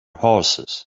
horses